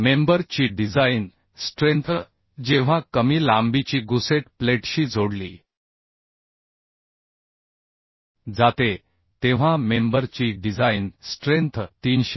तर मेंबर ची design strength जेव्हा कमी लांबीची गुसेट प्लेटशी जोडली जाते तेव्हा मेंबर ची डिझाइन स्ट्रेंथ 390